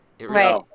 Right